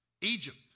Egypt